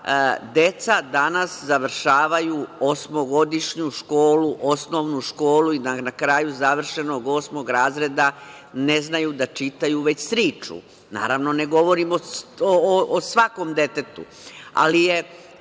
deca danas završavaju osmogodišnju školu, osnovnu školu i da na kraju završenog osmog razreda, ne znaju da čitaju već sriču. Naravno, ne govorim o svakom detetu, ali je